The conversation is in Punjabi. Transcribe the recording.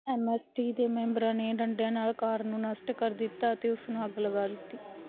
ਐੱਮ ਐੱਸ ਟੀ ਦੇ ਮੈਂਬਰਾਂ ਨੇ ਡੰਡਿਆਂ ਨਾਲ ਕਾਰ ਨੂੰ ਨਸ਼ਟ ਕਰ ਦਿੱਤਾ ਅਤੇ ਉਸ ਨੂੰ ਅੱਗ ਲਗਾ ਦਿੱਤੀ